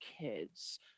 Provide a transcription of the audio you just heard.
kids